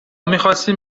میخواستیم